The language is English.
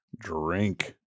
drink